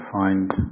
find